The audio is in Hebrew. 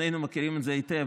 שנינו מכירים את זה היטב,